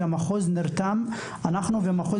כי אנחנו במחוז,